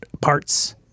parts